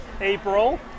April